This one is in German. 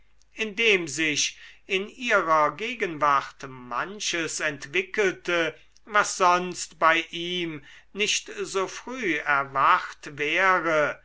indem sich in ihrer gegenwart manches entwickelte was sonst bei ihm nicht so früh erwacht wäre